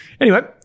Anyway-